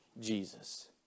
Jesus